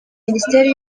minisiteri